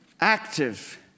Active